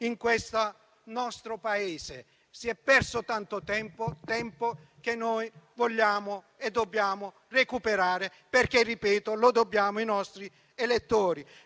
in questo nostro Paese. Si è perso tanto tempo che noi vogliamo e dobbiamo recuperare, perché lo dobbiamo ai nostri elettori.